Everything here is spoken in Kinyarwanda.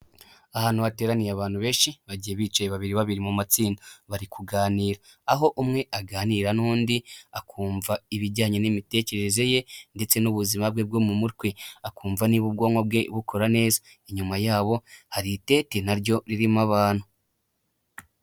Ahantu hateraniye abantu benshi bagiye bicaye babiri babiri mu matsinda bari kuganira, aho umwe aganira n'undi akumva ibijyanye n'imitekerereze ye ndetse n'ubuzima bwe bwo mu mutwe, akumva n'iba ubwonko bwe bukora neza. Inyuma y'abo hari itete na ryo ririmo abantu.